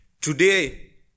Today